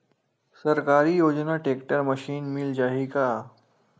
सरकारी योजना tractor machine मिल जाही का?